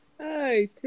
Hi